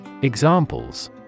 examples